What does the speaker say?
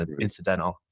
incidental